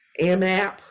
amap